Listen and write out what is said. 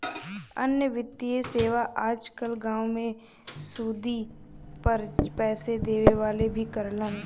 अन्य वित्तीय सेवा आज कल गांव में सुदी पर पैसे देवे वाले भी करलन